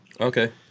Okay